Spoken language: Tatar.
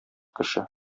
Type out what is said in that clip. кеше